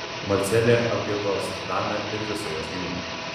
marcelė apgiedos damę ir visą jos giminę